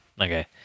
okay